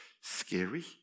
scary